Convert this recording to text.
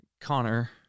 Connor